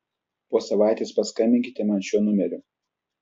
po savaitės paskambinkite man šiuo numeriu